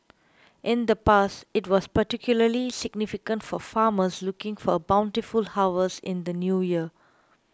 in the past it was particularly significant for farmers looking for a bountiful harvest in the New Year